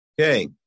Okay